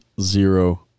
zero